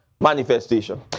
Manifestation